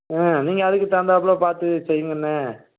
ம் நீங்கள் அதுக்கு தகுந்தாப்பில் பார்த்து செய்யுங்கண்ணா